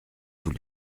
vous